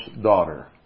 daughter